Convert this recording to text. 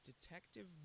detective